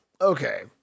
Okay